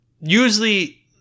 usually